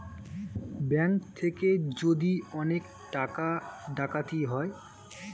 bank থেকে যদি অনেক টাকা ডাকাতি হয়